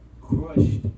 crushed